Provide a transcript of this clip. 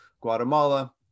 Guatemala